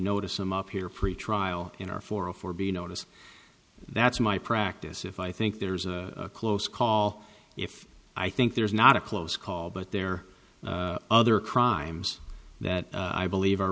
notice i'm up here pretrial in our forum for being noticed that's my practice if i think there's a close call if i think there's not a close call but there are other crimes that i believe